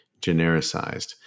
genericized